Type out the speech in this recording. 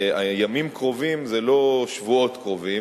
ימים קרובים זה לא שבועות קרובים,